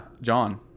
John